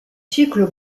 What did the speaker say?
ciclo